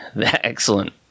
Excellent